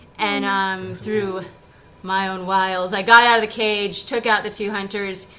and through my own wiles i got out of the cage, took out the two hunters,